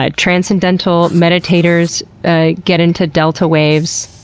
ah transcendental meditators ah get into delta waves.